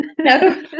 no